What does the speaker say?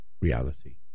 reality